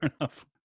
enough